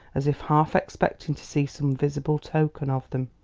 as if half expecting to see some visible token of them.